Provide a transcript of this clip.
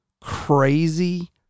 crazy